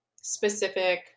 specific